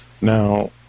Now